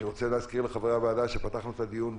אני רוצה להזכיר לחברי הוועדה שפתחנו את הדיון,